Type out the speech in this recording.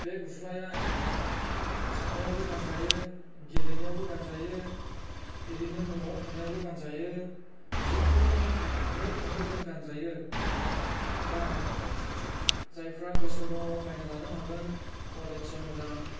बे गुस्लाया खाथनायावबो गानजायो गेलेनायावबो गानजायो इरैनो न'आव थानायावबो गानजायो जिखुनु नों म'य थाङो बावनो गानजायो दा जायफ्रा गोसो दङ बायना लानो हागोन कवालिटिया मोजां